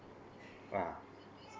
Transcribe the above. ah